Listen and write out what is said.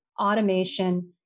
automation